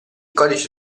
codice